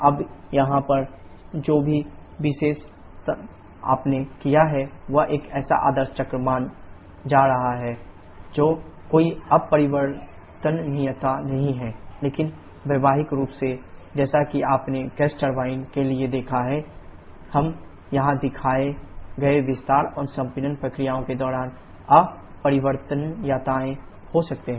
अब यहाँ पर जो भी विश्लेषण आपने किया है वह एक ऐसा आदर्श चक्र मान रहा है जो कोई अपरिवर्तनीयता नहीं है लेकिन व्यावहारिक रूप से जैसा कि आपने गैस टरबाइन के लिए देखा है हम यहाँ दिखाए गए विस्तार और संपीड़न प्रक्रियाओं के दौरान अपरिवर्तनीयताएँ हो सकते हैं